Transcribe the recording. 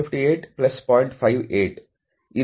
58 ಇದು R' ಆಗಿದೆ